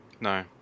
no